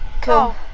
cool